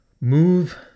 Move